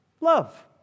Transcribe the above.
love